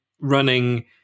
running